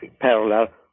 parallel